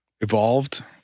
evolved